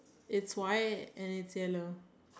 it's white and it's yellow